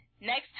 next